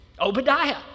Obadiah